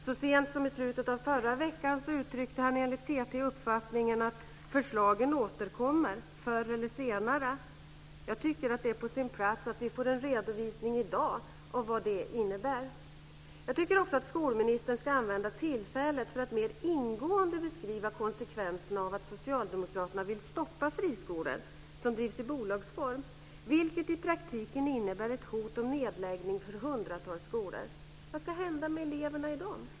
Så sent som i slutet av förra veckan uttryckte han enligt TT uppfattningen att "förslagen återkommer - förr eller senare". Jag tycker att det är på sin plats att vi får en redovisning i dag av vad det innebär. Jag tycker också att skolministern ska använda tillfället för att mer ingående beskriva konsekvenserna av att Socialdemokraterna vill stoppa friskolor som drivs i bolagsform, vilket i praktiken innebär ett hot om nedläggning för hundratals skolor. Vad ska hända med eleverna i dessa?